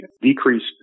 decreased